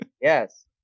Yes